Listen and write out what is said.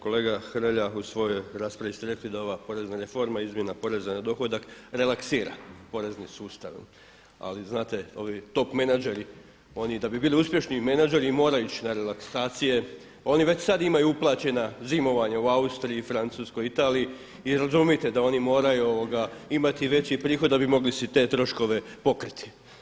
Kolega Hrelja u svojoj raspravi ste rekli da ova porezna reforma, izmjena poreza na dohodak relaksira porezni sustav ali znate ovi top menadžeri oni da bi bili uspješni menadžeri moraju ići na relaksacije, oni već sada imaju uplaćena zimovanja u Austriji i Francuskoj i Italiji i razumijte da oni moraju imati veći prihod da bi mogli si te troškove pokriti.